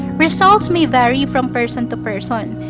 results may vary from person to person.